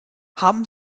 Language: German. haben